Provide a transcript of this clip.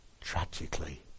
tragically